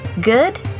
Good